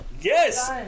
Yes